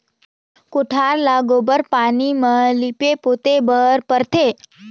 कोठार ल गोबर पानी म लीपे पोते बर परथे